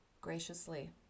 graciously